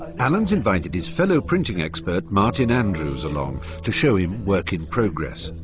alan's invited his fellow printing expert martin andrews along to show him work in progress.